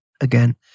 again